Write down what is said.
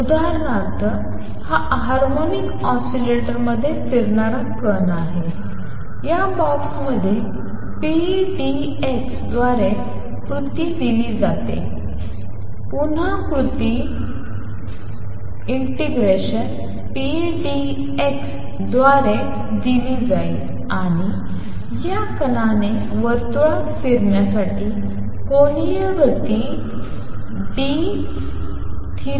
तर उदाहरणार्थ हा हार्मोनिक ऑसिलेटरमध्ये फिरणारा कण आहे या बॉक्समध्ये pdx द्वारे कृती दिली जाते पुन्हा कृती ∫pdx द्वारे दिली जाईल आणि या कणाने वर्तुळात फिरण्यासाठी कोणीय गती dϕ